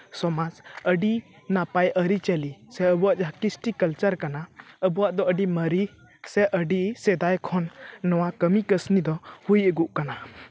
ᱥᱚᱢᱟᱡᱽ ᱟᱹᱰᱤ ᱱᱟᱯᱟᱭ ᱟᱹᱨᱤᱪᱟᱹᱞᱤ ᱥᱮ ᱟᱵᱚᱣᱟᱜ ᱡᱟᱦᱟᱸ ᱠᱨᱤᱥᱴᱤ ᱠᱟᱞᱪᱟᱨ ᱠᱟᱱᱟ ᱟᱵᱚᱣᱟᱜ ᱫᱚ ᱟᱹᱰᱤ ᱢᱟᱨᱮ ᱥᱮ ᱟᱹᱰᱤ ᱥᱮᱫᱟᱭ ᱠᱷᱚᱱ ᱱᱚᱣᱟ ᱠᱟᱹᱢᱤ ᱠᱟᱹᱥᱱᱤ ᱫᱚ ᱦᱩᱭ ᱟᱹᱜᱩᱜ ᱠᱟᱱᱟ